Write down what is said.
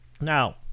now